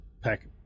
pack